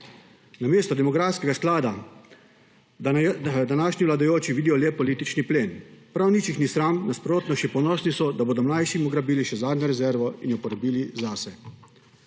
Namesto demografskega sklada današnji vladajoči vidijo le politični plen. Prav nič jih ni sram, nasprotno, še ponosni so, da bodo mlajšim ugrabili še zadnjo rezervo in jo porabili zase.